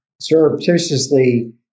surreptitiously